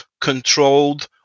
controlled